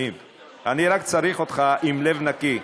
אני רק צריך אותך עם לב נקי,